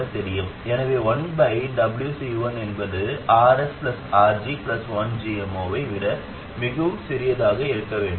எனவே 1C1 என்பது Rs RG 1gm0 ஐ விட மிகவும் சிறியதாக இருக்க வேண்டும்